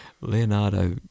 Leonardo